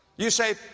you say,